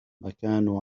مكان